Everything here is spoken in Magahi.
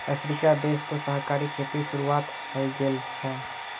अफ्रीकी देश तो सहकारी खेतीर शुरुआत हइ गेल छ